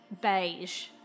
beige